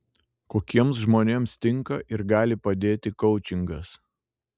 kokiems žmonėms tinka ir gali padėti koučingas